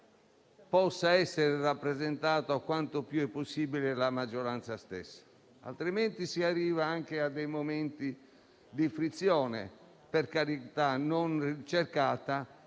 possa essere rappresentata, quanto più possibile, la maggioranza stessa. Altrimenti si arriva a momenti di frizione - per carità, non cercati